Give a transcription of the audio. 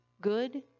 good